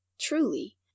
truly